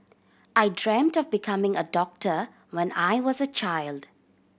I dreamt of becoming a doctor when I was a child